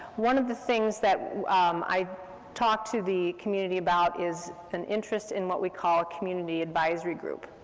one of the things that i talked to the community about is an interest in what we call a community advisory group.